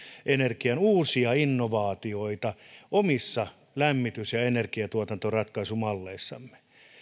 energian uusia innovaatioita omissa lämmitys ja ja energiatuotannon ratkaisumalleissamme